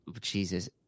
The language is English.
Jesus